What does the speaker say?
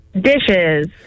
Dishes